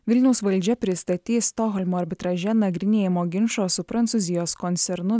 vilniaus valdžia pristatys stokholmo arbitraže nagrinėjamo ginčo su prancūzijos koncernu